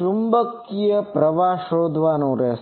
ચુંબકીય પ્રવાહ શું છે તે શોધવાનું રહેશે